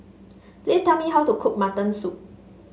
please tell me how to cook Mutton Soup